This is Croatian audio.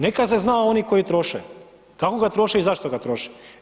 Neka se zna oni koji troše, kako ga troše i zašto ga troše.